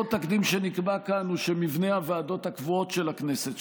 עוד תקדים שנקבע כאן הוא שמבנה הוועדות הקבועות של הכנסת,